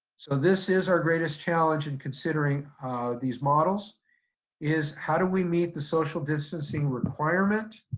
so this is our greatest challenge in considering these models is how do we meet the social distancing requirement